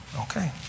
Okay